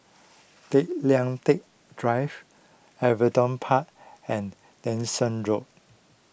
Tay Lian Teck Drive Everton Park and Dyson Road